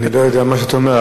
אני לא יודע מה שאתה אומר,